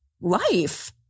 life